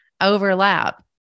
overlap